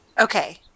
okay